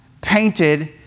painted